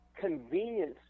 convenience